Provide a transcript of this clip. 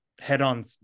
head-on